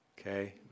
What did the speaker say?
Okay